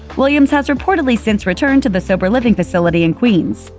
williams has reportedly since returned to the sober living facility in queens.